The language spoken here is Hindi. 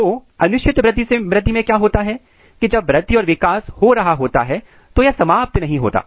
तो अनिश्चित वृद्धि में क्या होता है कि जब वृद्धि और विकास हो रहा होता है तो यह समाप्त नहीं होता